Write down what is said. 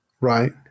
Right